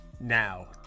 now